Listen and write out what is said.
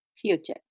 Future